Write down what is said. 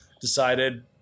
decided